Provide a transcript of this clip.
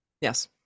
Yes